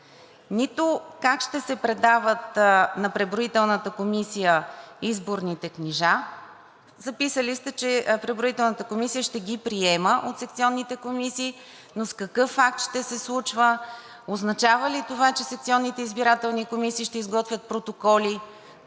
ясно как ще се предават на преброителната комисия изборните книжа. Записали сте, че преброителната комисия ще ги приема от секционните комисии, но с какъв акт ще се случва? Означава ли това, че секционните избирателни комисии ще изготвят протоколи?